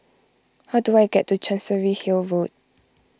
how do I get to Chancery Hill Road